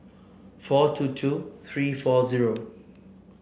four two two three four zero